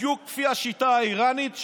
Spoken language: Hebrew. בדיוק כמו השיטה האיראנית,